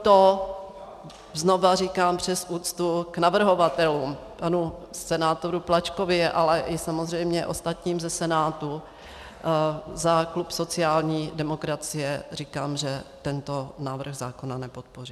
Proto znova říkám, přes úctu k navrhovatelům, panu senátorovi Plačkovi, ale samozřejmě i ostatním ze Senátu za klub sociální demokracie říkám, že tento návrh zákona nepodpoříme.